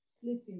sleeping